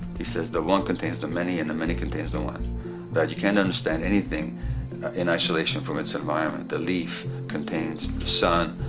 he says the one contains the many and the many contains the one that you can't understand anything in isolation from its environment. the leaf contains the sun,